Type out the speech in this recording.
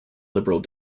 liberal